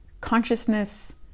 consciousness